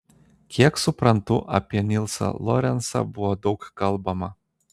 kiek suprantu apie nilsą lorencą buvo daug kalbama